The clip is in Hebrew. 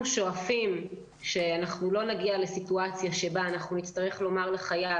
אנחנו שואפים שלא נגיע לסיטואציה שבה נצטרך לומר לחייל